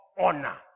honor